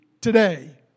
today